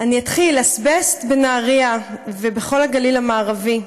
אני אתחיל: אזבסט בנהריה ובכל הגליל המערבי,